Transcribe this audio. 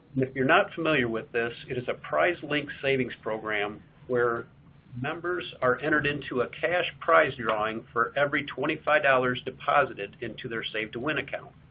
if you're not familiar with this, it is a prize-linked savings program where members are entered into a cash prize drawing for every twenty five dollars deposited into their save to win account.